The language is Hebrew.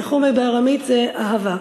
"רחומי" בארמית זה אהבה.